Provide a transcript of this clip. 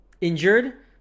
injured